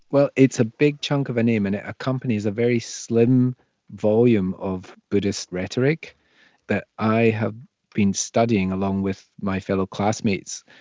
well, it's a big chunk of a name. and it accompanies a very slim volume of buddhist rhetoric that i have been studying, along with my fellow classmates,